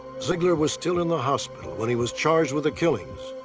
zeigler was still in the hospital when he was charged with the killings.